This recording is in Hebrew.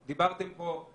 דיברתם על ארנונה פה.